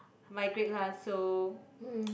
migrate lah so